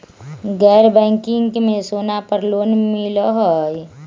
गैर बैंकिंग में सोना पर लोन मिलहई?